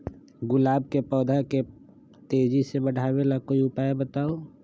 गुलाब के पौधा के तेजी से बढ़ावे ला कोई उपाये बताउ?